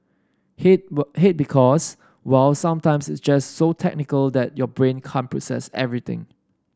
hate but hate because well sometimes it's just so technical that your brain can't process everything